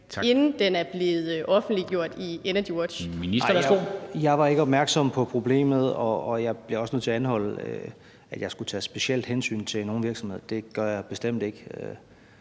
(Dan Jørgensen): Nej, jeg var ikke opmærksom på problemet, og jeg er også nødt til at anholde, at jeg skulle tage specielt hensyn til nogle virksomheder; det gør jeg bestemt ikke.